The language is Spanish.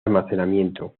almacenamiento